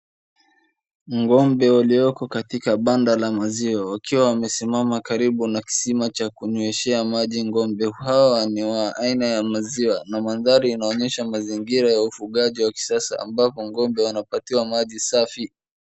Ng'ombe walioko katika banda la maziwa wakiwa wamesimama karibu na kisima cha kunyweshea maji. Ng'ombe hawa ni wa aina ya maziwa na mandhari inaonyesha mazingira ya ufugaji wa kisasa ambapo ng'ombe wanapewa maji safi.